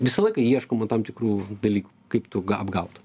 visą laiką ieškoma tam tikrų dalykų kaip tu apgaut